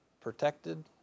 protected